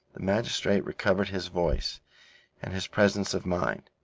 magistrate recovered his voice and his presence of mind.